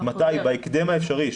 בהקדם האפשרי.